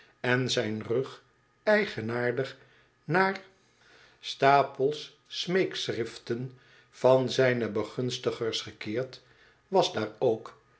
en zijn rug eigenaardig naar stapels smeekschriften van zijne begunstigers gekeerd was daar ook